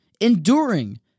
enduring